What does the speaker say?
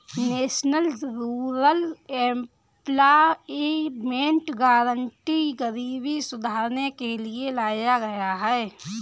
national rural employment guarantee गरीबी सुधारने के लिए लाया गया था